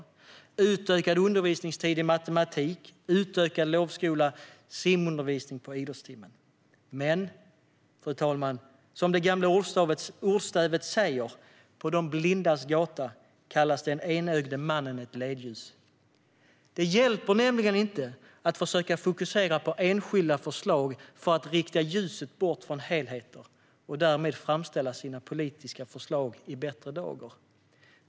Det gäller utökad undervisningstid i matematik, utökad lovskola och simundervisning på idrottstimmen. Fru talman! Det är som det gamla ordstävet säger: På de blindas gata kallas den enögde mannen ett ledljus. Det hjälper nämligen inte att försöka fokusera på enskilda förslag för att rikta ljuset bort från helheter och därmed framställa sina politiska förslag i bättre dager.